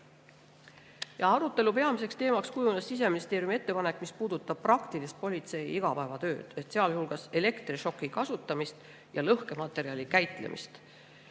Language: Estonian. Arutelu peamiseks teemaks kujunes Siseministeeriumi ettepanek, mis puudutab praktilist politsei igapäevatööd, sealhulgas elektrišoki kasutamist ja lõhkematerjali käitlemist.